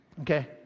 Okay